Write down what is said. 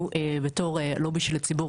אנחנו בתור הלובי של הציבור,